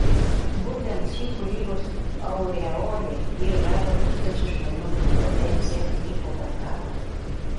būtent ši kūrybos aureolė ir veda tūkstančius žmonių į odensę į kopenhagą